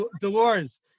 Dolores